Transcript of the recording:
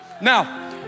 Now